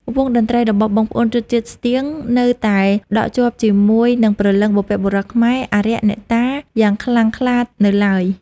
វង់តន្ដ្រីរបស់បងប្អូនជនជាតិស្ទៀង នៅតែដក់ជាប់ជាមួយនឹងព្រលឹងបុព្វបុរសខ្មែរ អារក្ស អ្នកតា យ៉ាងខ្លាំងក្លានៅឡើយ ។